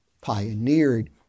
pioneered